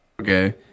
Okay